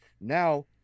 Now